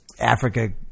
Africa